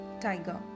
Tiger